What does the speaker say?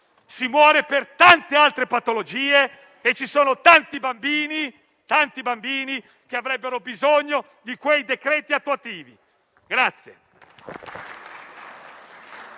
Si muore per tante altre patologie e sono tanti i bambini che avrebbero bisogno di quei decreti attuativi.